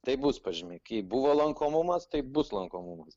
taip bus pažymiai kaip buvo lankomumas tai bus lankomumas